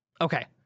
Okay